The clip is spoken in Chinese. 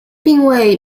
并未